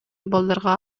балдарга